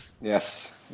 Yes